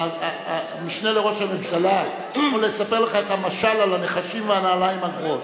המשנה לראש הממשלה יכול לספר לך את המשל על הנחשים והנעליים הגבוהות.